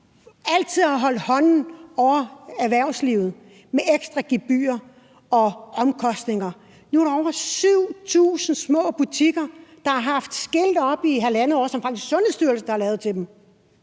altid har holdt hånden under erhvervslivet med hensyn til ekstra gebyrer og omkostninger. Nu er der over 7.000 små butikker, der har haft skilte oppe i halvandet år, som det faktisk er Sundhedsstyrelsen, der har lavet til dem,